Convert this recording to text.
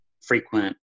frequent